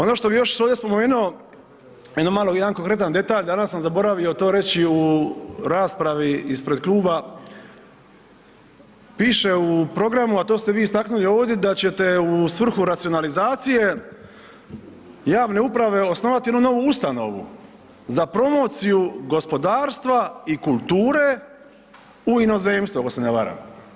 Ono što bi još ovdje spomenuo, jedan mali jedan konkretan detalj, danas sam zaboravio to reći u raspravi ispred kluba, piše u programu a to ste vi istaknuli ovdje da ćete u svrhu racionalizacije javne uprave osnovati jednu novu ustanovu za promociju gospodarstva i kulture u inozemstvu, ako se ne varam.